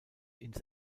ins